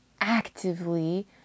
actively